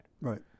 Right